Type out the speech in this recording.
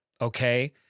Okay